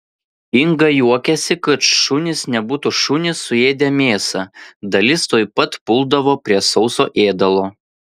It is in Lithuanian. inga juokiasi kad šunys nebūtų šunys suėdę mėsą dalis tuoj pat puldavo prie sauso ėdalo